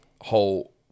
whole